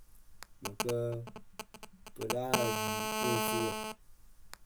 Mɨ kǝ́ pɨ láa ri pɨ ŋ fɨ wǝ.